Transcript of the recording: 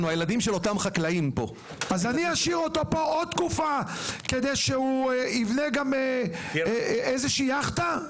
אז אני אשאיר אותו פה עוד תקופה כדי שהוא יבנה גם איזו יאכטה?